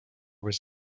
was